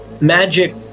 magic